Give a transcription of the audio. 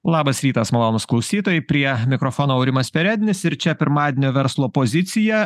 labas rytas malonūs klausytojai prie mikrofono aurimas perednis ir čia pirmadienio verslo pozicija